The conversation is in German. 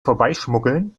vorbeischmuggeln